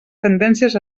tendències